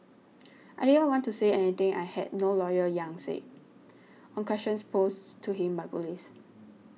I didn't want to say anything I had no lawyer Yang said on questions posed to him by police